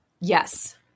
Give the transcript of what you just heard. Yes